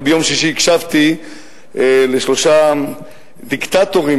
ביום שישי הקשבתי לשלושה דיקטטורים